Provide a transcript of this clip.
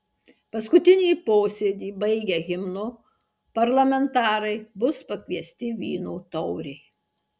paskutinį posėdį baigę himnu parlamentarai bus pakviesti vyno taurei